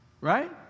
right